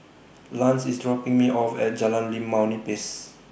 Lance IS dropping Me off At Jalan Limau Nipis